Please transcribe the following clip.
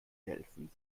helfen